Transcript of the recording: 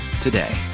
today